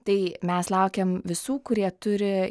tai mes laukiam visų kurie turi